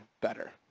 better